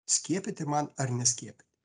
skiepyti man ar neskiepyti